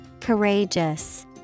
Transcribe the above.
courageous